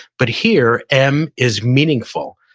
but here m, is meaningful.